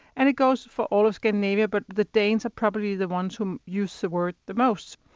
and it goes for all of scandinavia, but the danes are probably the ones who use the word the most.